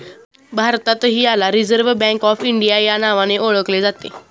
भारतातही याला reserve bank of India या नावाने ओळखले जाते